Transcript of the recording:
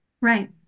right